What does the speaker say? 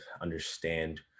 understand